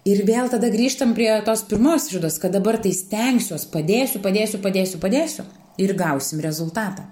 ir vėl tada grįžtam prie tos pirmos išvados kad dabar tai stengsiuos padėsiu padėsiu padėsiu padėsiu ir gausim rezultatą